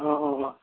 অ' অ'